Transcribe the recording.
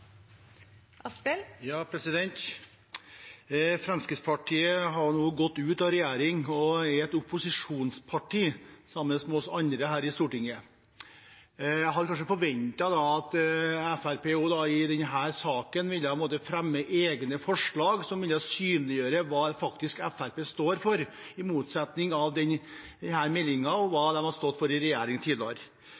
Fremskrittspartiet har nå gått ut av regjering og er et opposisjonsparti, sammen med oss andre her i Stortinget. Jeg hadde kanskje forventet at Fremskrittspartiet i denne saken ville fremme egne forslag som ville synliggjort hva Fremskrittspartiet faktisk står for, i motsetning til denne meldingen og hva